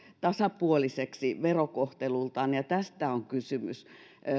tasapuoliseksi verokohtelultaan ja tästä on kysymys